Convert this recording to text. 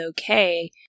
okay